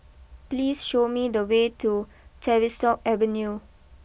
please show me the way to Tavistock Avenue